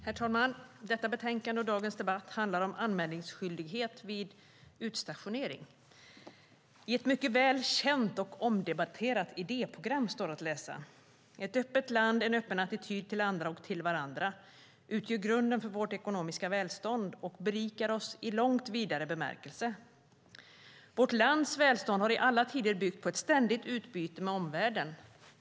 Herr talman! Detta betänkande och denna debatt handlar om anmälningsskyldighet vid utstationering. I ett mycket väl känt och omdebatterat idéprogram står att läsa: "Ett öppet land, en öppen attityd till andra och till varandra, utgör grunden för vårt ekonomiska välstånd och berikar oss i långt vidare bemärkelse. Vårt lands välstånd har i alla tider byggt på ett ständigt utbyte med omvärlden.